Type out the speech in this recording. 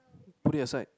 put it aside